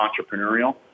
entrepreneurial